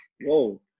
whoa